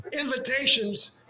invitations